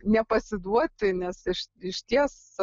nepasiduoti nes iš išties